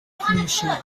pollution